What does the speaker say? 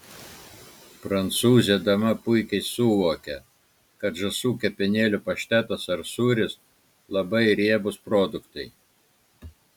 prancūzė dama puikiai suvokia kad žąsų kepenėlių paštetas ar sūris labai riebūs produktai